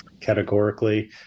Categorically